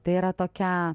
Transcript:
tai yra tokia